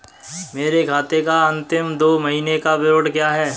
मेरे खाते का अंतिम दो महीने का विवरण क्या है?